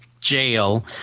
jail